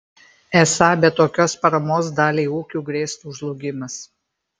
esą be tokios paramos daliai ūkių grėstų žlugimas